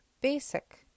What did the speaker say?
BASIC